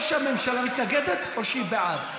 או שהממשלה מתנגדת או שהיא בעד.